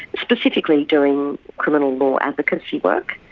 specifically doing criminal law advocacy work,